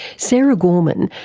sara gorman,